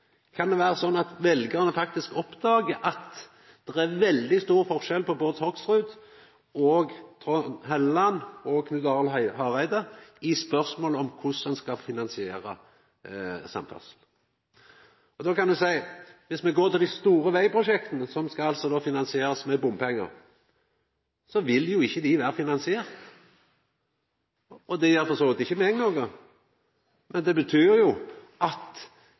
kan lura seg sjølv på den måten? Kan det vera sånn at veljarane faktisk oppdager at det er veldig stor forskjell på Bård Hoksrud, Trond Helleland og Knut Arild Hareide når det gjeld spørsmålet om korleis ein skal finansiera samferdsel? Dersom ein går til dei store vegprosjekta som skal finansierast med bompengar, vil dei ikkje bli finansierte. Det gjer for så vidt ikkje meg noko, men det betyr at